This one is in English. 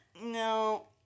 no